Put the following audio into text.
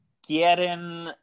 Quieren